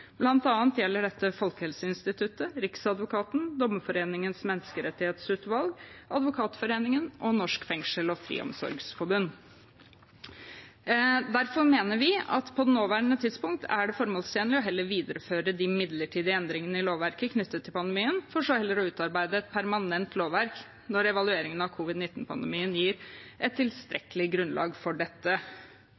gjelder dette Folkehelseinstituttet, Riksadvokaten, Dommerforeningens menneskerettighetsutvalg, Advokatforeningen og Norsk Fengsels- og Friomsorgsforbund. Derfor mener vi at på det nåværende tidspunkt er det formålstjenlig å videreføre de midlertidige endringene i lovverket knyttet til pandemien, for så å utarbeide et permanent lovverk når evalueringen av covid-19-pandemien gir et